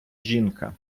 жінка